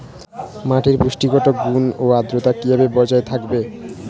মাটির পুষ্টিগত গুণ ও আদ্রতা কিভাবে বজায় থাকবে?